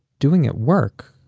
doing at work?